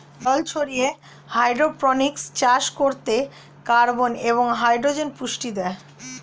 জল ছাড়িয়ে হাইড্রোপনিক্স চাষ করতে কার্বন এবং হাইড্রোজেন পুষ্টি দেয়